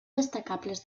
destacables